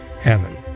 heaven